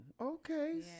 okay